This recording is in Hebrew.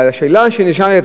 והשאלה שנשאלת,